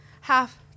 half